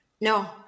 no